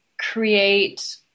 create